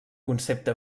concepte